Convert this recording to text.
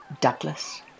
Douglas